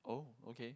oh okay